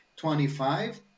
25